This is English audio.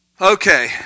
Okay